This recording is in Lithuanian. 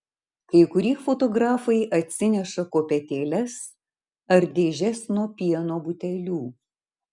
kai kurie fotografai atsineša kopėtėles ar dėžes nuo pieno butelių